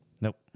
nope